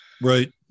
Right